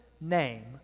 name